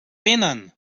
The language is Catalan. vénen